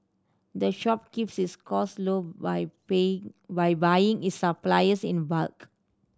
the shop keeps its costs low by by buying its supplies in bulk